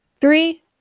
three